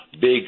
big